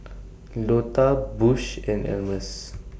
Lota Bush and Almus